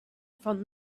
from